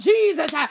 Jesus